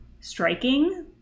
striking